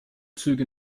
züge